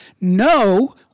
no